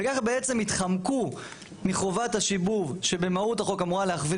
וכך בעצם יתחמקו מחובת השיבוב שבמהות החוק אמורה להכווין